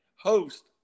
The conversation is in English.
host